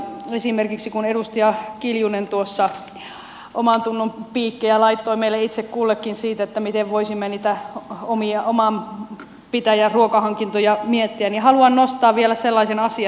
esimerkiksi kun edustaja kiljunen omantunnon piikkejä laittoi meille itse kullekin siitä miten voisimme niitä oman pitäjän ruokahankintoja miettiä niin haluan nostaa vielä sellaisen asian